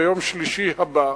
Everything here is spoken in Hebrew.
ביום שלישי הבא,